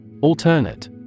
Alternate